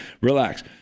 Relax